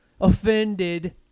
offended